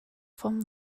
vom